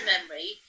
memory